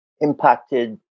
impacted